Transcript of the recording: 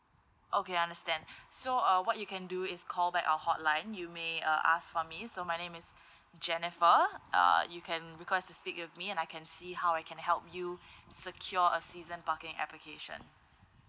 okay understand so uh what you can do is call back our hotline you may uh ask for me so my name is jennifer uh you can request to speak with me and I can see how I can help you secure a season parking application